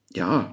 ja